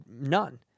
none